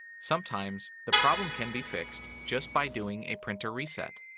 sometimes, the problem can be fixed just by doing a printer reset.